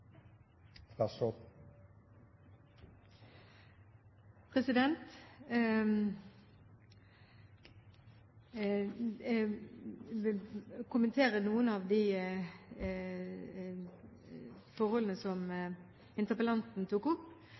Jeg vil kommentere noen av de forholdene som interpellanten tok opp,